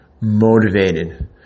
motivated